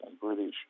British